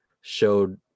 showed